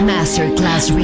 Masterclass